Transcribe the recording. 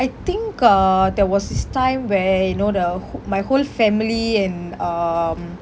I think uh there was this time where you know the who~ my whole family and um